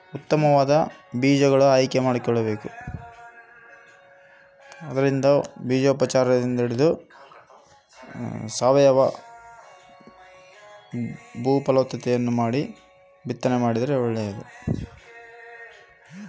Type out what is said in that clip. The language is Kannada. ಮೆಕ್ಕೆಜೋಳದ ಬೆಳೆ ಚೊಲೊ ಇಳುವರಿ ಬರಬೇಕಂದ್ರೆ ಏನು ಮಾಡಬೇಕು?